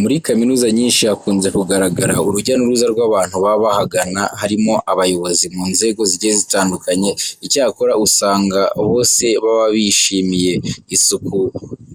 Muri kaminuza nyinshi hakunze kugaragara urujya n'uruza rw'abantu baba bahagana harimo abayobozi mu nzego zigiye zitandukanye. Icyakora usanga bose baba bishimiye isuku